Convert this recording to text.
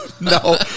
No